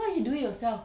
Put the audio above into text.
why you do it yourself